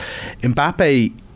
Mbappe